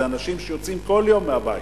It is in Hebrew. אלה אנשים שיוצאים כל יום מהבית,